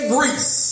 Greece